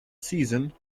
season